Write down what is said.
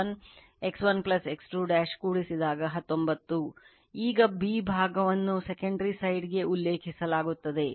ಈಗ B ಭಾಗವನ್ನು secondary side ಕ್ಕೆ ಉಲ್ಲೇಖಿಸಲಾಗುತ್ತದೆ